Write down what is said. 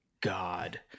God